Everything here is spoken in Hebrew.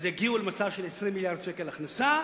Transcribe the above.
ואז יגיעו למצב של 20 מיליארד שקל הכנסה,